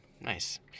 nice